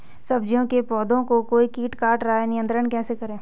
सब्जियों के पौधें को कोई कीट काट रहा है नियंत्रण कैसे करें?